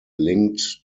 linked